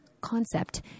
concept